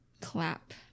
clap